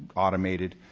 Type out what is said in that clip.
automated.